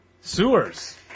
sewers